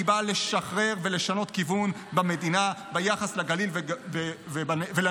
והיא באה לשחרר ולשנות כיוון במדינה ביחס לגליל ולנגב,